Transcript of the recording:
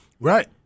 Right